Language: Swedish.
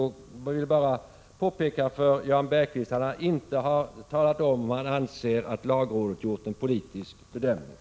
Låt mig bara påpeka för Jan Bergqvist att han inte har talat om ifall 31 han anser att lagrådet har gjort en politisk bedömning.